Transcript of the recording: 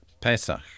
Pesach